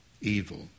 evil